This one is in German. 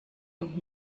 und